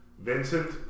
Vincent